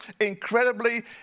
incredibly